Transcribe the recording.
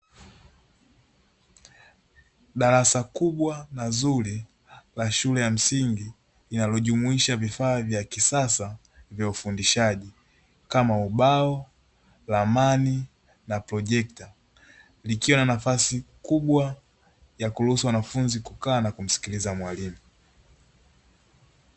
Darasa kubwa na zuri la shule ya msingi linalo jumuisha vifaa vya kisasa vya ufundishaji kama ubao, ramani na projekta, likiwa na nafasi kubwa ya kuruhusu wanafunzi kukaa na kumsikiliza mwalimu.